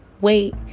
wait